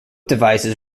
devices